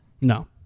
No